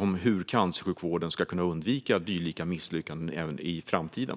om hur cancersjukvården ska kunna undvika dylika misslyckanden i framtiden.